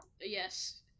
Yes